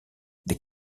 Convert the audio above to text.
des